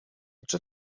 czy